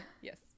yes